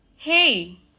Hey